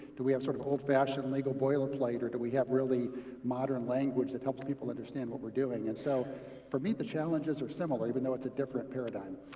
do we have sort of old-fashioned legal boilerplate or do we have really modern language that helps people understand what we're doing? and so for me the challenges are similar, even though it's a different paradigm.